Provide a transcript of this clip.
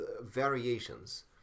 variations